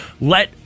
let